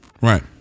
Right